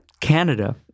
Canada